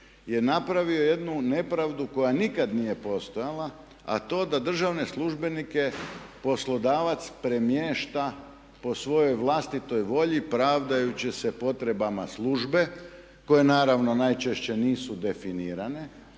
je napravio jednu nepravdu koja nikad nije postojala a to da državne službenike poslodavac premješta po svojoj vlastitoj volji pravdajući se potrebama službe koje naravno najčešće nisu definirane